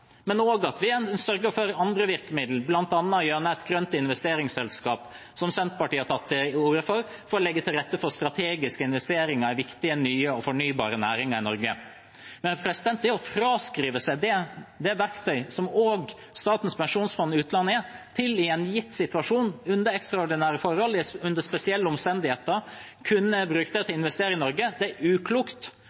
men også at vi sørger for andre virkemidler, bl.a. gjennom et grønt investeringsselskap, som Senterpartiet har tatt til orde for, for å legge til rette for strategiske investeringer i viktige nye og fornybare næringer i Norge. Men å fraskrive seg det verktøyet som Statens pensjonsfond utland også er, til – i en gitt situasjon, under ekstraordinære forhold og spesielle omstendigheter – å kunne bruke det til å investere i Norge, er uklokt,